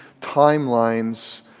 timelines